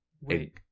Wait